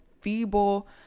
feeble